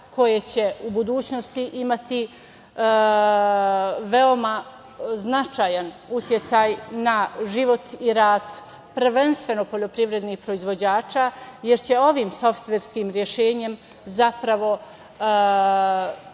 koje će u budućnosti imati veoma značajan uticaj na život i rast, prvenstveno poljoprivrednih proizvođača, jer će ovim softverskim rešenjem zapravo